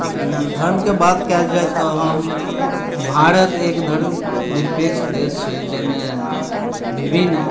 धर्मके बात कयल जाय तऽ हम भारत एक धर्म निरपेक्ष देश छै जाहिमे विभिन्न